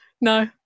No